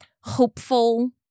hopeful